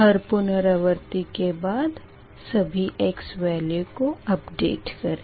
हर पुनरावर्ती के बाद सभी x वेल्यू को अपडेट करें